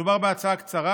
מדובר בהצעה קצרה,